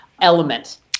element